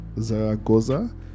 Zaragoza